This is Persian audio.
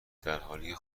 درحالیکه